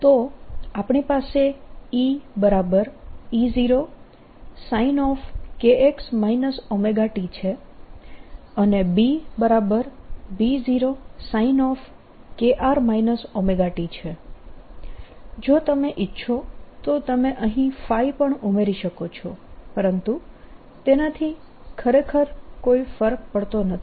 તો આપણી પાસે EE0sin kr ωt છે અને BB0sin kr ωt છે જો તમે ઈચ્છો તો તમે અહીં ϕ પણ ઉમેરી શકો છો પરંતુ તેનાથી ખરેખર કોઈ ફરક પડતો નથી